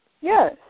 Yes